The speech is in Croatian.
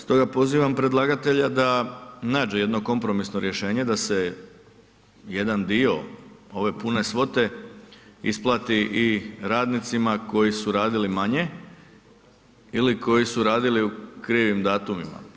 Stoga pozivam predlagatelja da nađe jedno kompromisno rješenje da se jedan dio ove pune svote isplati i radnicima koji su radili manje ili koji su radili u krivim datumima.